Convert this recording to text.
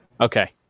Okay